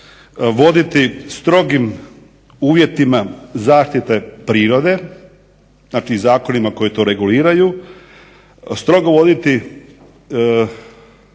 voditi strogim uvjetima zaštite prirode, znači zakonima koji to reguliraju, strogo voditi